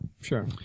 sure